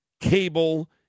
cable